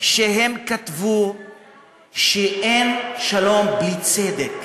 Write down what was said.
וכתוב שאין שלום בלי צדק.